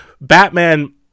batman